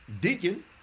deacon